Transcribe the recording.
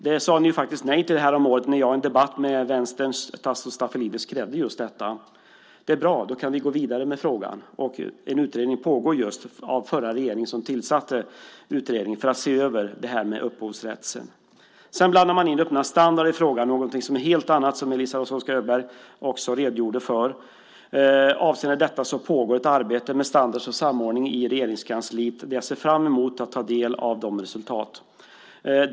Det sade ni faktiskt nej till häromåret när jag i en debatt med Vänsterns Tasso Stafilidis krävde just detta. Det är bra. Då kan vi gå vidare med frågan. En utredning som den förra regeringen tillsatte pågår just för att se över upphovsrätten. Sedan blandar man in öppna standarder i frågan. Det är någonting helt annat, som Eliza Roszkowska Öberg också redogjorde för. Det pågår ett arbete med standard och samordning i Regeringskansliet. Jag ser fram emot att ta del av de resultaten.